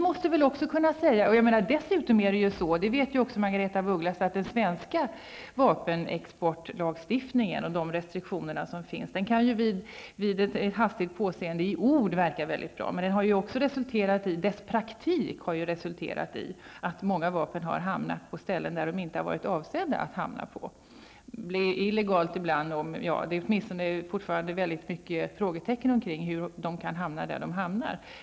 Det är dessutom så, och det vet också Margaretha af Ugglas, att den svenska vapenexportlagstiftningen och de restriktioner som finns kan vid ett hastigt påseende i ord verka mycket bra, men den har ju också i praktiken resulterat i att många vapen har hamnat på ställen där de inte har varit avsedda att hamna. Det har kanske skett illegalt ibland. Det finns åtminstone fortfarande många frågetecken kring hur de kunnat hamna där de hamnat.